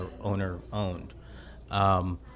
owner-owned